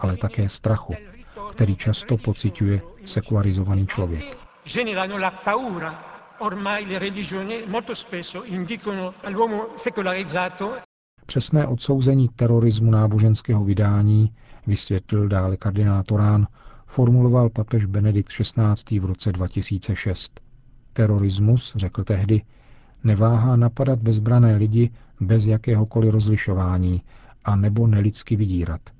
ale také strachu, který často pociťuje sekularizovaný člověk. Ženy ranula paura. Ormaj le religioně moto spéso indikono a l'homo sekularizato. Přesné odsouzení terorismu náboženského vydání, vysvětlil dále kardinál Torán, formuloval papež Benedikt XVI v roce 2006. Terorismus, řekl tehdy, neváhá napadat bezbrané lidi bez jakéhokoliv rozlišování a nebo nelidsky vydírat.